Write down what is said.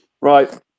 Right